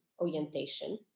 orientation